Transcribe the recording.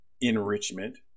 enrichment